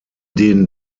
den